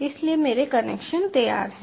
इसलिए मेरे कनेक्शन तैयार हैं